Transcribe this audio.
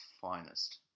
finest